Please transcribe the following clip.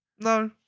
No